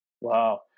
Wow